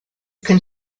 can